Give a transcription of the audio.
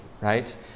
right